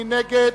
מי נגד?